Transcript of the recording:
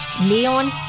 Leon